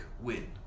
win